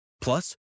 Plus